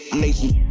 nation